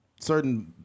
certain